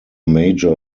major